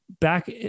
back